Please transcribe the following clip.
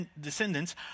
descendants